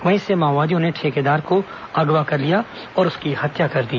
वहीं से माओवादियों ने ठेकेदार को अगवा कर लिया और उसकी हत्या कर दी